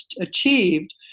achieved